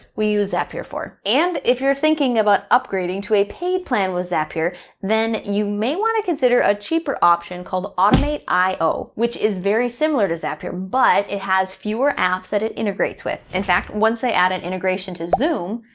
we use zapier for. and if you're thinking about upgrading to a paid plan with zapier then you may want to consider a cheaper option call automate io, which is very similar to zapier, but it has fewer apps that it integrates with. in fact, once i added integration to zoom,